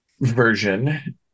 version